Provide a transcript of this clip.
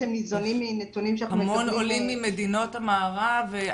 יש המון עולים ממדינות המערב,